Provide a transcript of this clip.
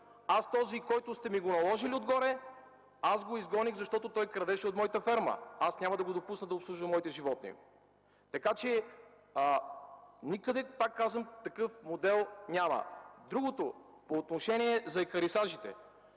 че този, който сте ми го наложили отгоре, го изгоних, защото той крадеше от моята ферма и няма да го допусна да обслужва моите животни. Пак казвам, никъде няма такъв модел! По отношение на екарисажите.